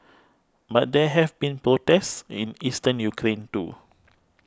but there have been protests in Eastern Ukraine too